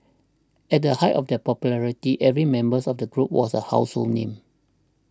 at the height of their popularity every members of the group was a household name